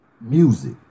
music